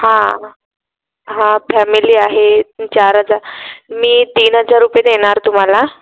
हां हां फॅमिली आहे चार हजार मी तीन हजार रुपये देणार तुम्हाला